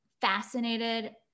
fascinated